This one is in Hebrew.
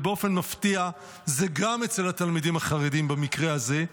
ובאופן מפתיע זה גם אצל התלמידים החרדים במקרה הזה,